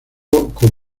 con